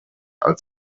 als